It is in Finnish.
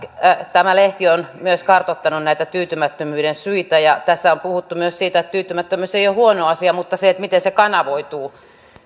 tämä lehti on myös kartoittanut näitä tyytymättömyyden syitä ja tässä on puhuttu myös siitä että tyytymättömyys ei ole huono asia mutta se miten se kanavoituu